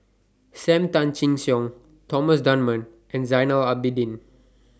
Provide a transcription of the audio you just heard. SAM Tan Chin Siong Thomas Dunman and Zainal Abidin